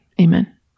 Amen